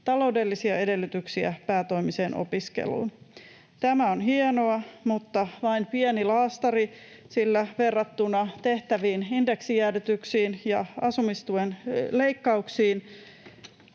taloudellisia edellytyksiä päätoimiseen opiskeluun. Tämä on hienoa mutta vain pieni laastari, sillä verrattuna tehtäviin indeksijäädytyksiin ja asumistuen leikkauksiin